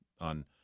on